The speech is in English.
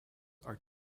are